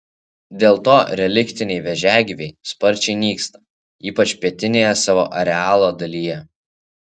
dėl to reliktiniai vėžiagyviai sparčiai nyksta ypač pietinėje savo arealo dalyje